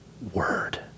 Word